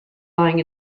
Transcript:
lying